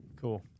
Cool